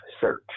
search